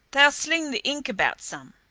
they'll sling the ink about some.